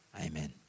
amen